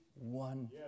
one